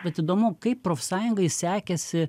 vat įdomu kaip profsąjungai sekėsi